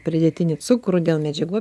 pridėtinį cukrų dėl medžiagų